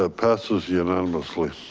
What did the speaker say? ah passes unanimously.